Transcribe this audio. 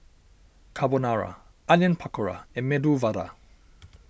Carbonara Onion Pakora and Medu Vada